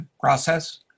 process